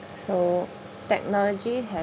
so technology